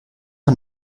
und